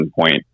point